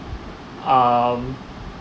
um